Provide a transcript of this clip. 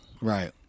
right